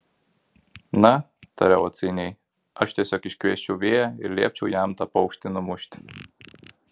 na tariau atsainiai aš tiesiog iškviesčiau vėją ir liepčiau jam tą paukštį numušti